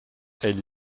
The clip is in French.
elle